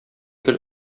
гел